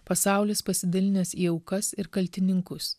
pasaulis pasidalinęs į aukas ir kaltininkus